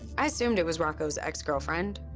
i assumed it was rocco's ex-girlfriend,